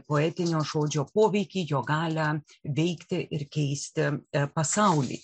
poetinio žodžio poveikį jo galią veikti ir keisti pasaulį